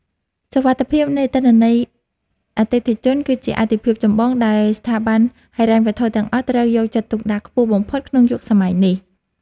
សុវត្ថិភាពនៃទិន្នន័យអតិថិជន គឺជាអាទិភាពចម្បងដែលស្ថាប័នហិរញ្ញវត្ថុទាំងអស់ត្រូវយកចិត្តទុកដាក់ខ្ពស់បំផុតក្នុងយុគសម័យនេះ។